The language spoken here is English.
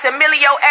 Emilio